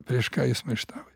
prieš ką jis maištauja